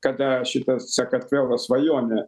kada šita sakartvelo svajonė